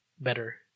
better